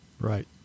Right